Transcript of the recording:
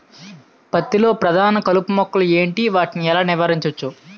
పత్తి లో ప్రధాన కలుపు మొక్కలు ఎంటి? వాటిని ఎలా నీవారించచ్చు?